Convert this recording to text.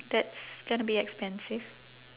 that's gonna be expensive